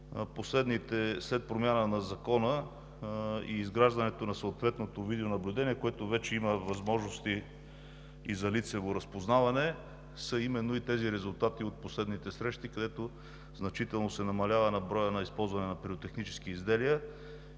след промяна на Закона и изграждането на съответното видеонаблюдение, което вече има възможности и за лицево разпознаване, са именно и тези резултати от последните срещи, където значително се намалява броят на използване на пиротехнически изделия